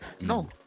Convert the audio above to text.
No